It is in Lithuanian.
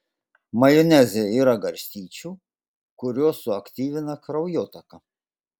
majoneze yra garstyčių kurios suaktyvina kraujotaką